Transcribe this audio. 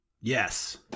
Yes